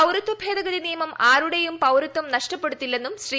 പൌരത്വ ഭേദഗതി നിയമം ആരുടെയും പൌരത്വം നഷ്ടപ്പെടുത്തില്ലെന്നും ശ്രീ